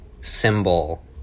symbol